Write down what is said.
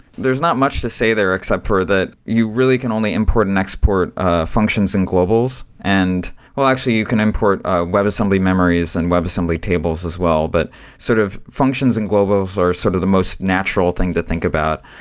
there's not much to say there except for that you really can only import and export ah functions and globals, and well, actually, you can import webassembly memories and webassembly tables as well. but sort of functions and global source, sort of the most natural thing to think about,